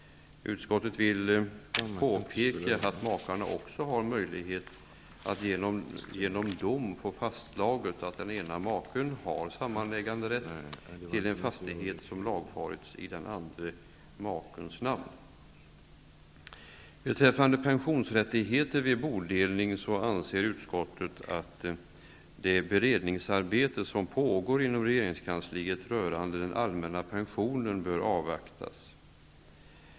Utskottet vill påpeka att makarna också har möjlighet att genom dom få fastslaget att den ena maken har samäganderätt till en fastighet som lagfarits i den andre makens namn. Beträffande pensionsrättigheter vid bodelning anser utskottet att det beredningsarbete som pågår inom regeringskansliet rörande den allmänna pensionen bör avvaktas.